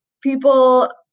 people